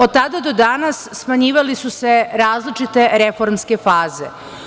Od tada do danas smenjivale su se različite reformske faze.